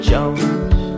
Jones